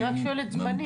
אני רק שואלת זמנים.